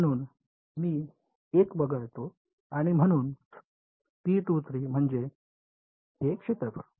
म्हणून मी 1 वगळतो आणि म्हणूनच म्हणजे हे क्षेत्रफळ